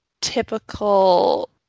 typical